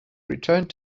returned